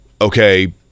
okay